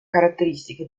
caratteristiche